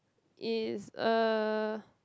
is uh